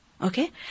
Okay